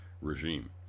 regime